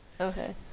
Okay